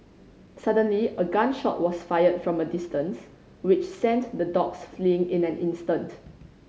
suddenly a gun shot was fired from a distance which sent the dogs fleeing in an instant